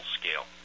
scale